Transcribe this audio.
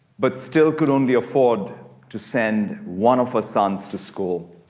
but still could only afford to send one of her sons to school.